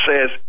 says